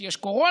כי יש קורונה,